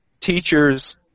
teachers